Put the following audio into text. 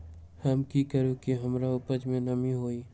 हम की करू की हमार उपज में नमी होए?